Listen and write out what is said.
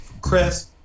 Chris